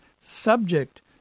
subject